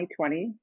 2020